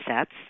sets